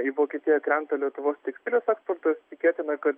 į vokietiją krenta lietuvos tekstilės eksportas tikėtina kad